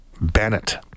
Bennett